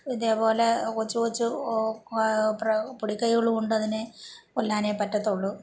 ഇതേപോലെ കൊച്ചുകൊച്ചു പൊടിക്കൈകൾ കൊണ്ടതിനെ കൊല്ലാനേ പറ്റത്തുള്ളു